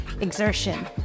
exertion